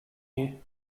you